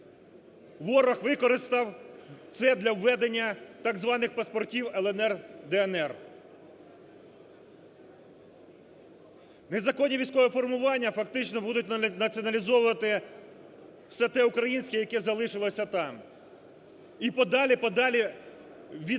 Ворог використав це для введення так званих паспортів "ЛНР","ДНР". Незаконні військові формування фактично будуть націоналізовувати все те українське, яке залишилося там. І подалі-подалі